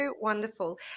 wonderful